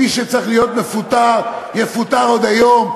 מי שצריך להיות מפוטר יפוטר עוד היום,